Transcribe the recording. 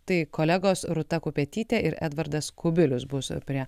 tai kolegos rūta kupetytė ir edvardas kubilius bus prie